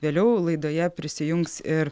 vėliau laidoje prisijungs ir